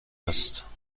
است